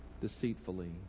deceitfully